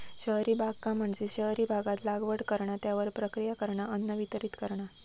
शहरी बागकाम म्हणजे शहरी भागात लागवड करणा, त्यावर प्रक्रिया करणा, अन्न वितरीत करणा